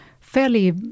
fairly